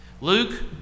Luke